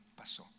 pasó